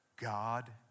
God